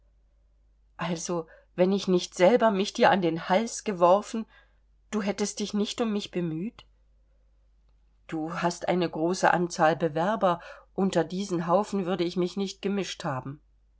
also wenn ich nicht selber mich dir an den hals geworfen du hättest dich nicht um mich bemüht du hast eine große anzahl bewerber unter diesen haufen würde ich mich nicht gemischt haben